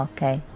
Okay